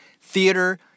theater